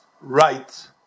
right